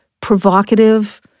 provocative